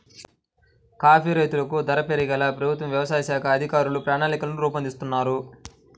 coffee రైతులకు ధర పెరిగేలా ప్రభుత్వ వ్యవసాయ శాఖ అధికారులు ప్రణాళికలు రూపొందిస్తున్నారు